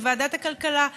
בוועדת הכלכלה,